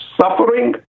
suffering